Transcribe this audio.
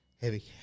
heavy